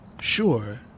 Sure